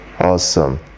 Awesome